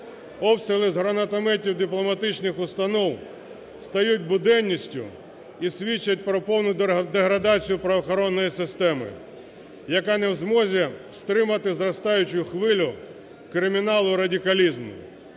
обстріли з гранатометів дипломатичних установ стають буденністю і свідчать про повну деградацію правоохоронної системи, яка не в змозі стримати зростаючу хвилю криміналу і радикалізму.